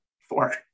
four